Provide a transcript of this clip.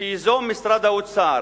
שייזום משרד האוצר,